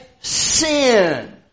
sin